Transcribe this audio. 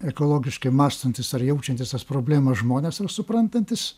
ekologiškai mąstantys ar jaučiantys tas problemas žmonės ar suprantantys